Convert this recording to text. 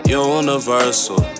universal